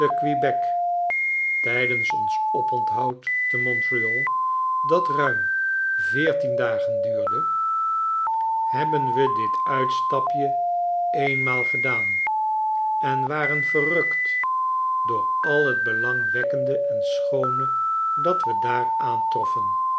tijdens ons oponthoud te montreal dat ruim veertien dagen duurde hebben we dit uitstapje eenmaal gedaan en waren verrukt door al het belangwekkende en schoone dat we daar aantroffen